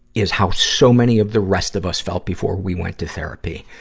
is how so many of the rest of us felt before we went to therapy.